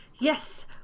yes